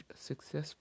successful